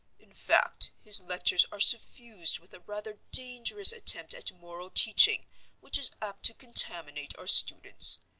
in fact, his lectures are suffused with a rather dangerous attempt at moral teaching which is apt to contaminate our students.